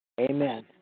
Amen